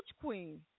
queen